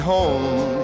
home